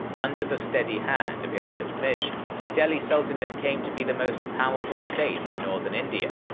under the steady hand of iltutmish, the delhi sultanate came to be the most powerful state in northern india.